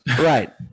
Right